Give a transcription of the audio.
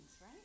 right